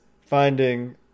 finding